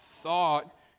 thought